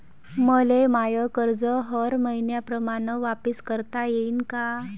मले माय कर्ज हर मईन्याप्रमाणं वापिस करता येईन का?